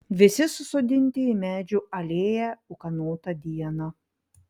visi susodinti į medžių alėją ūkanotą dieną